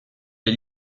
les